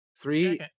Three